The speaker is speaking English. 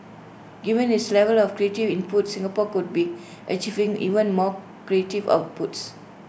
given its level of creative input Singapore could be achieving even more creative outputs